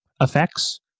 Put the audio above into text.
effects